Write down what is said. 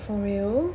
for real